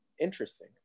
Interesting